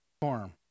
Farm